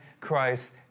Christ